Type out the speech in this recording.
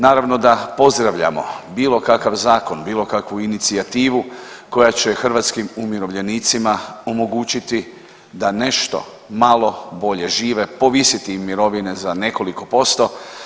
Naravno da pozdravljamo bilo kakav zakon, bilo kakvu inicijativu koja će hrvatskim umirovljenicima omogućiti da nešto malo bolje žive, povisiti im mirovine za nekoliko posto.